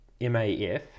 MAF